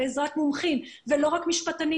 וזה צריך להיות בעזרת מומחים ולא רק משפטנים.